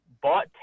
bought